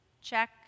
Check